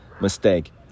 mistake